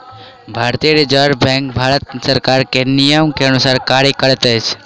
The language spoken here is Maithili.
भारतीय रिज़र्व बैंक भारत सरकार के नियम के अनुसार कार्य करैत अछि